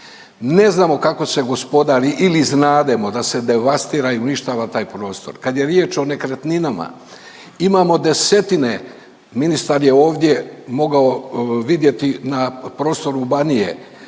Ne znamo kako se gospodari ili znademo da se devastira i uništava taj prostor. Kad je riječ o nekretninama imamo desetine, ministar je ovdje mogao vidjeti na prostoru Banije,